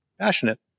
passionate